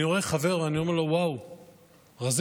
אני רואה חבר ואומר לו: וואו, רזית.